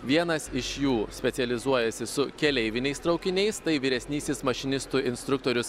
vienas iš jų specializuojasi su keleiviniais traukiniais tai vyresnysis mašinistų instruktorius